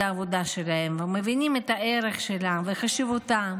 העבודה שלהם ומבינים את הערך שלה ואת חשיבותה,